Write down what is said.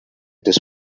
this